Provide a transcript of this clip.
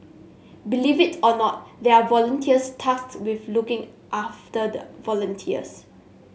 believe it or not there are volunteers tasked with looking after the volunteers